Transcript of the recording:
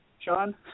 Sean